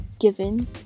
given